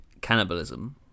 cannibalism